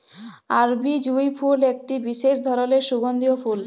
আরবি জুঁই ফুল একটি বিসেস ধরলের সুগন্ধিও ফুল